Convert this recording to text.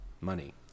Money